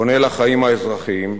פונה לחיים האזרחיים,